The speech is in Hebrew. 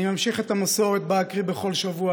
אני ממשיך את המסורת שבה אקריא בכל שבוע